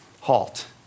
halt